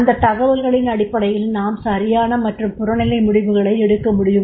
அந்த தகவல்களின் அடிப்படையில் நாம் சரியான மற்றும் புறநிலை முடிவுகளை எடுக்க முடியும்